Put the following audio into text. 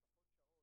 ובנוסף,